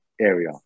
area